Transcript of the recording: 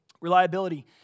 Reliability